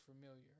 familiar